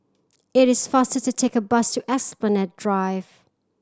it is faster to take a bus to Esplanade Drive